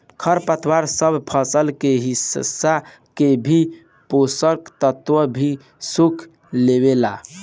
खर पतवार सब फसल के हिस्सा के भी पोषक तत्व भी सोख लेवेला